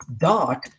dot